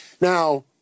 Now